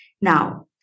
Now